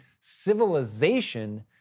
civilization